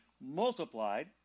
multiplied